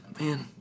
man